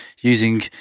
using